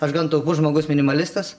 aš gan taupus žmogus minimalistas